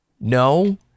no